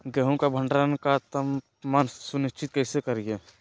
गेहूं का भंडारण का तापमान सुनिश्चित कैसे करिये?